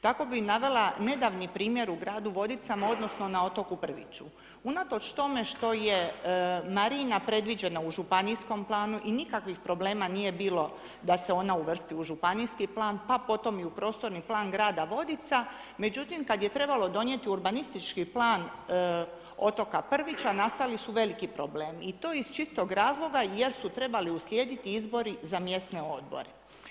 Tako bi navela nedavni primjer u gradu Vodicama odnosno na otoku Prviću, unatoč tome što je marina predviđena u županijskom planu i nikakvih problema nije bilo da se ona uvrsti u županijski plan pa potom i u prostorni plan grada Vodica, međutim kada je trebalo donijeti urbanistički plan otoka Prvića nastali su veliki problemi i to iz čistog razloga jer su trebali uslijediti izbori za mjesne odbore.